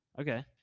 Okay